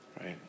right